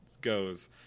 goes